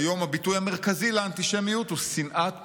כיום הביטוי המרכזי לאנטישמיות הוא שנאת ישראל.